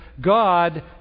God